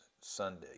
Sunday